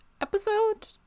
episode